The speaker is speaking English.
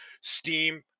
steam